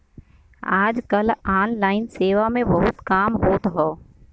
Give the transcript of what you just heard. आज कल ऑनलाइन सेवा से बहुत काम होत हौ